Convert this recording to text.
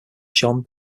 john